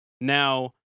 Now